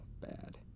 bad